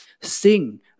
sing